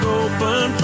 open